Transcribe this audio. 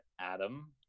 Adam